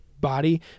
body